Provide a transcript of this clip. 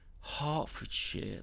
Hertfordshire